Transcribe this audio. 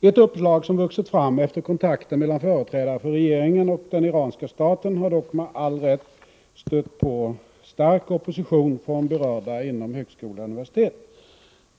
Ett uppslag som vuxit fram efter kontakter mellan företrädare för regeringen och den iranska staten har dock med all rätt stött på stark opposition från berörda inom högskola och universitet.